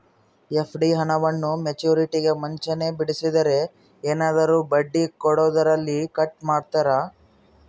FD ಹಣವನ್ನು ಮೆಚ್ಯೂರಿಟಿಗೂ ಮುಂಚೆನೇ ಬಿಡಿಸಿದರೆ ಏನಾದರೂ ಬಡ್ಡಿ ಕೊಡೋದರಲ್ಲಿ ಕಟ್ ಮಾಡ್ತೇರಾ?